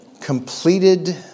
completed